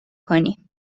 کنیم